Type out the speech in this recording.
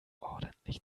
ordentlich